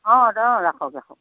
অঁ দিয়ক ৰাখক ৰাখক